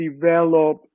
develop